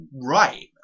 right